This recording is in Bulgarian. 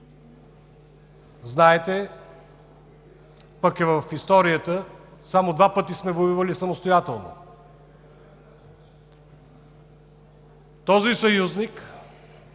Знаете от историята, че само два пъти сме воювали самостоятелно. Този съюзник